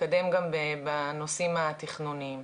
להתקדם גם בנושאים התכנוניים.